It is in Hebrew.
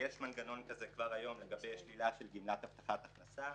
יש מנגנון כזה כבר היום לגבי שלילה של גמלת הבטחת הכנסה